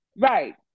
Right